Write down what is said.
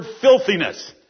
filthiness